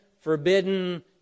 Forbidden